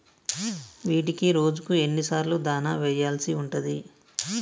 వీటికి రోజుకు ఎన్ని సార్లు దాణా వెయ్యాల్సి ఉంటది?